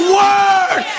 word